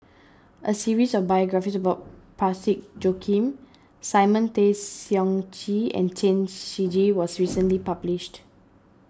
a series of biographies about Parsick Joaquim Simon Tay Seong Chee and Chen Shiji was recently published